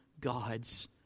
God's